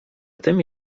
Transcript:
tymi